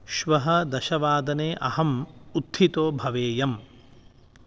श्वः दशवादने अहम् उत्थितो भवेयम्